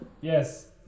yes